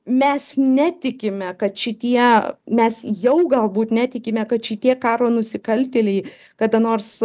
mes netikime kad šitie mes jau galbūt netikime kad šitie karo nusikaltėliai kada nors